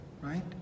Right